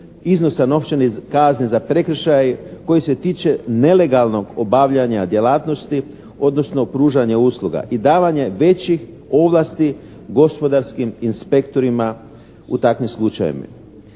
iznosa novčanih kazni za prekršaj koji se tiče nelegalnog obavljanja djelatnosti, odnosno pružanja usluga i davanja većih ovlasti gospodarskim inspektorima u takvim slučajevima.